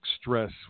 stress